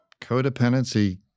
Codependency